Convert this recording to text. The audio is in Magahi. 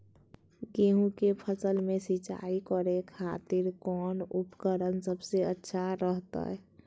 गेहूं के फसल में सिंचाई करे खातिर कौन उपकरण सबसे अच्छा रहतय?